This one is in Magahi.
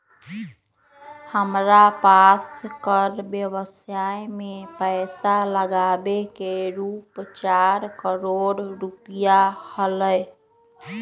हमरा पास कर व्ययवसाय में पैसा लागावे के रूप चार करोड़ रुपिया हलय